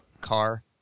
car